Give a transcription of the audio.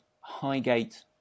Highgate